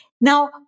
Now